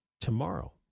tomorrow